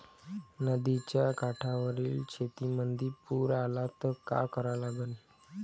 नदीच्या काठावरील शेतीमंदी पूर आला त का करा लागन?